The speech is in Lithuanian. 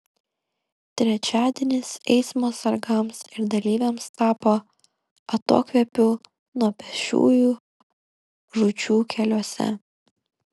trečiadienis eismo sargams ir dalyviams tapo atokvėpiu nuo pėsčiųjų žūčių keliuose